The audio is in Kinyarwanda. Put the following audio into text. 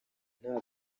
nta